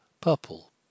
purple